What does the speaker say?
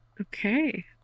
Okay